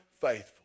faithful